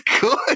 good